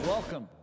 Welcome